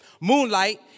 moonlight